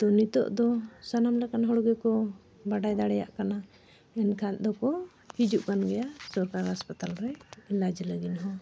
ᱛᱚ ᱱᱤᱛᱚᱜ ᱫᱚ ᱥᱟᱱᱟᱢ ᱞᱮᱠᱟᱱ ᱦᱚᱲ ᱜᱮᱠᱚ ᱵᱟᱰᱟᱭ ᱫᱟᱲᱮᱭᱟᱜ ᱠᱟᱱᱟ ᱮᱱᱠᱷᱟᱱ ᱫᱚᱠᱚ ᱦᱤᱡᱩᱜ ᱠᱟᱱ ᱜᱮᱭᱟ ᱥᱚᱨᱠᱟᱨ ᱦᱟᱥᱯᱟᱛᱟᱞ ᱨᱮ ᱤᱞᱟᱡᱽ ᱞᱟᱹᱜᱤᱫ ᱦᱚᱸ